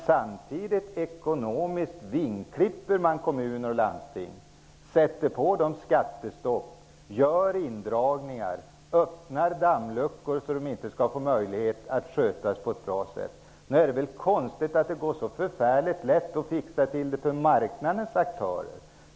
Samtidigt vingklipper man kommuner och landsting ekonomiskt. Man genomför skattestopp, gör indragningar och öppnar dammluckor så att de inte har möjlighet att sköta sin verksamhet på ett bra sätt. Nog är det konstigt att det går så lätt att fixa till det för marknadens aktörer.